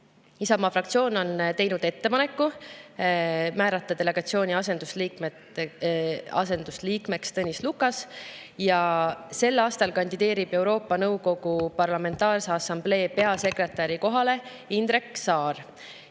Isamaa fraktsioon on teinud ettepaneku määrata delegatsiooni asendusliikmeks Tõnis Lukas. Sel aastal kandideerib Euroopa Nõukogu Parlamentaarse Assamblee peasekretäri kohale Indrek Saar.